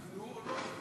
עכשיו יבנו או לא יבנו?